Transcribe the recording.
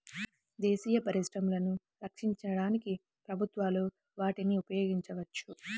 దేశీయ పరిశ్రమలను రక్షించడానికి ప్రభుత్వాలు వాటిని ఉపయోగించవచ్చు